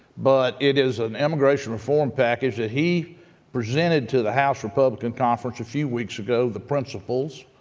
but it is an immigration reform package that he presented to the house republican conference a few weeks ago, the principles,